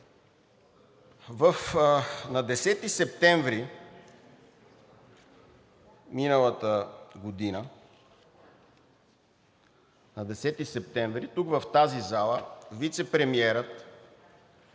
На 10 септември миналата година, тук в тази зала вицепремиерът,